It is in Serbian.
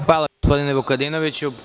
Hvala, gospodine Vukadinoviću.